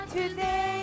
today